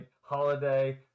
Holiday